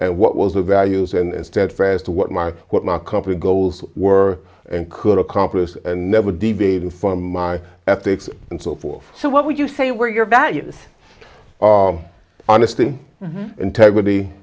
and what was the values and steadfast to what my what my company goals were and could accomplish and never deviated from my ethics and so forth so what would you say were your values honesty integrity